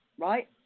right